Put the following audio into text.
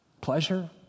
Pleasure